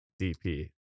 DP